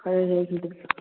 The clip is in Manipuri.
ꯈꯔ ꯈꯔ